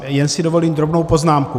Jen si dovolím drobnou poznámku.